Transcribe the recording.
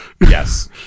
Yes